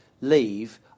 Leave